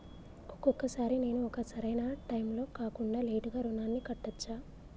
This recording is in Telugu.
ఒక్కొక సారి నేను ఒక సరైనా టైంలో కాకుండా లేటుగా రుణాన్ని కట్టచ్చా?